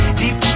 deep